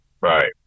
right